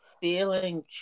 feeling